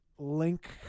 link